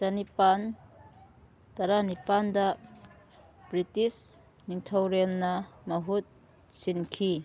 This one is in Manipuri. ꯆꯅꯤꯄꯥꯜ ꯇꯔꯥꯅꯤꯄꯥꯜꯗ ꯕ꯭ꯔꯤꯇꯤꯁ ꯅꯤꯡꯊꯧꯔꯦꯜꯅ ꯃꯍꯨꯠ ꯁꯤꯟꯈꯤ